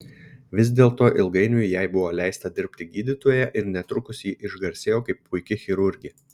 vis dėlto ilgainiui jai buvo leista dirbti gydytoja ir netrukus ji išgarsėjo kaip puiki chirurgė